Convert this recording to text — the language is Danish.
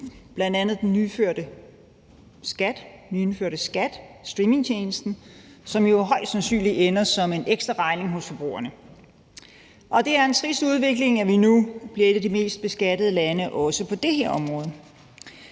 bl.a. om den nyindførte skat, streamingtjenesten, som jo højst sandsynligt ender som en ekstra regning hos forbrugerne, og det er en trist udvikling, at vi nu bliver et af de mest beskattede lande også på det her område.